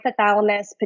hypothalamus